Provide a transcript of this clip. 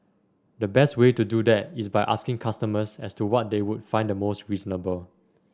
the best way to do that is by asking customers as to what they would find the most reasonable